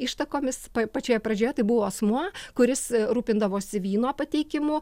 ištakomis pačioje pradžioje tai buvo asmuo kuris rūpindavosi vyno pateikimu